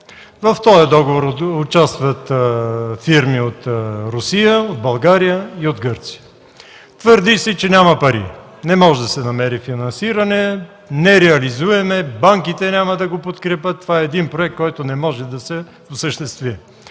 в този договор участват фирми от Русия, от България и от Гърция. Твърди се, че няма пари, не може да се намери финансиране, нереализуем е, банките няма да го подкрепят. Това е един проект, който не може да се осъществи.